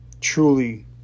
truly